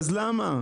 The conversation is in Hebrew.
אז למה?